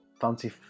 fancy